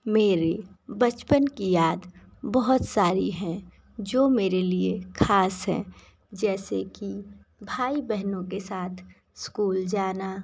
मेरे बचपन की याद बहुत सारी हैं जो मेरे लिए खास हैं जैसे कि भाई बहनों के साथ स्कूल जाना